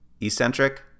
eccentric